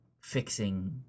fixing